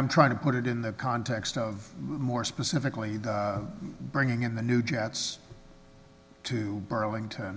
i'm trying to put it in the context of more specifically the bringing in the new jets to burlington